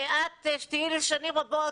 שתהיי שם שנים רבות,